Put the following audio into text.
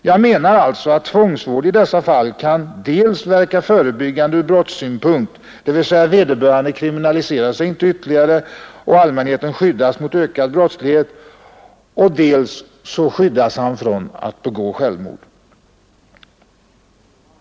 Jag menar alltså att tvångsvård i dessa fall kan dels verka förebyggande ur brottssynpunkt — dvs. vederbörande kriminaliserar sig inte ytterligare och allmänheten skyddas mot ökad brottslighet — dels hindrar honom från att begå självmord.